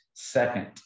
second